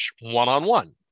one-on-one